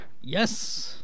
Yes